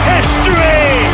History